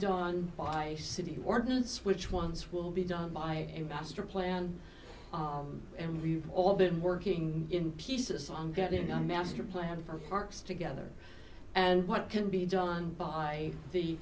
done by a city ordinance which ones will be done by a master plan and we've all been working in pieces on getting a master plan for parks together and what can be done by the